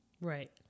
Right